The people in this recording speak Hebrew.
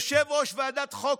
יושב-ראש ועדת חוקה,